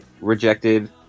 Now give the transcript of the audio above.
rejected